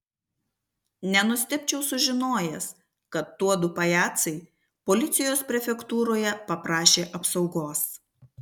nenustebčiau sužinojęs kad tuodu pajacai policijos prefektūroje paprašė apsaugos